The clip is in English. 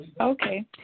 Okay